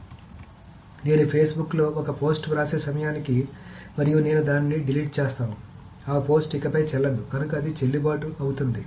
కాబట్టి నేను ఫేస్ బుక్లో ఒక పోస్ట్ వ్రాసే సమయానికి మరియు నేను దానిని డిలీట్ చేస్తాను ఆ పోస్ట్ ఇకపై చెల్లదు కనుక అది చెల్లుబాటు అవుతుంది